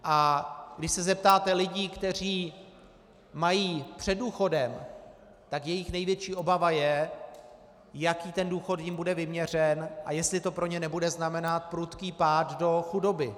A když se zeptáte lidí, kteří mají před důchodem, tak jejich největší obava je, jaký ten důchod jim bude vyměřen a jestli to pro ně znamenat prudký pád do chudoby.